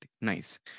Nice